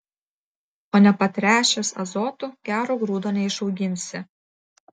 o nepatręšęs azotu gero grūdo neišauginsi